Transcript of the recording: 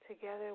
Together